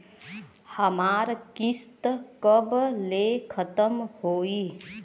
हमार किस्त कब ले खतम होई?